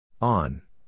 On